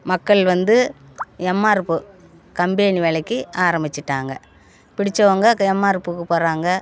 மக்கள் வந்து எம்ஆர்ப்பு கம்பெனி வேலைக்கு ஆரமிச்சிட்டாங்க பிடிச்சவங்க எம்ஆர்ப்புக்கு போகிறாங்க